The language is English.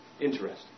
Interesting